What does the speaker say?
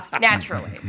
naturally